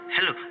Hello